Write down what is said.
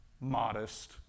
modest